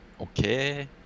okay